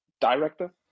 director